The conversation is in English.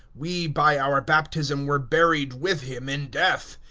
we by our baptism were buried with him in death,